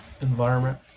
environment